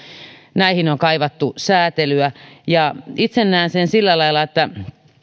näihin on kaivattu säätelyä itse näen sen sillä lailla että